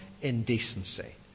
indecency